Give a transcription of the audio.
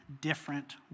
different